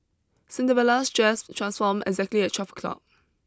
Cinderella's dress transformed exactly at twelve o'clock